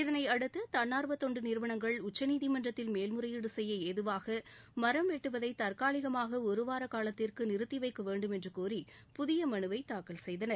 இதளை அடுத்து தன்னார்வ தொன்டு நிறுவனங்கள் உச்சநீதிமன்றத்தில் மேல்முறையீடு செய்ய ஏதுவாக மரம் வெட்டுவதை தற்காலிகமாக ஒருவார காலத்திற்கு நிறுத்தி வைக்க வேண்டும் என்று கோரி புதிய மனுவை தாக்கல் செய்தனர்